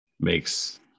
Makes